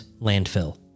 landfill